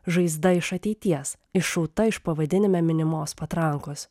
žaizda iš ateities iššauta iš pavadinime minimos patrankos